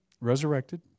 Resurrected